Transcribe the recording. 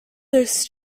this